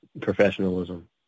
professionalism